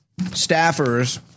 staffers